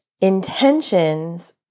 intentions